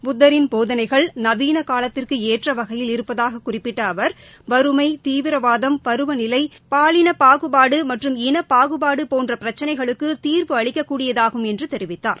புத்தின் போதனைகள் நவீன காலத்திற்கு ஏற்ற வகையில் இருப்பதாகக் குறிப்பிட்ட அவர் வறுமை தீவிரவாதம் பருவநிலை பாலின பாகுபாடு மற்றும் இனபாகுபாடு போன்ற பிரக்சினைகளுக்கு தீர்வு அளிக்கக்கூடியதாகும் என்று தெரிவித்தார்